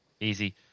Easy